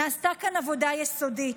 נעשתה כאן עבודה יסודית,